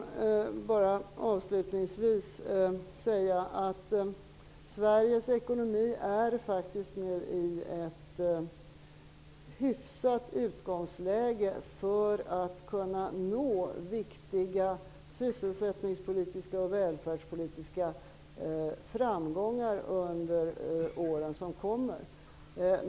Låt mig avslutningsvis säga att Sveriges ekonomi har ett så hyfsat utgångsläge att vi skall kunna nå viktiga sysselsättningspolitiska och välfärdspolitiska framgångar under de år som kommer.